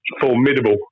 formidable